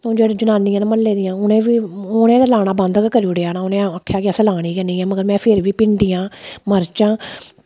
ते होर जनानियां म्हल्लै दियां हून उनें बी आना बंद करी ओड़ेआ ते ओह् आक्खा दे असें लानै गै निं ऐ ते में भिंडियां ऐलोवेरा ते क्यारी फुल्ल एह् त्रै चीजां लाई दियां होंदियां